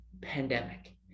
pandemic